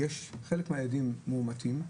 שחלק מהילדים מאומתים,